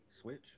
Switch